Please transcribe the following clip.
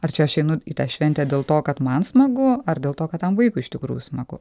ar čia aš einu į tą šventę dėl to kad man smagu ar dėl to kad tam vaikui iš tikrųjų smagu